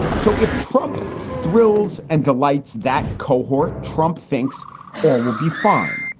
so if trump thrills and delights that cohort, trump thinks all will be fine.